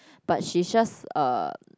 but she just uh